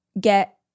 get